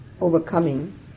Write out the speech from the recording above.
overcoming